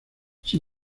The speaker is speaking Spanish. sin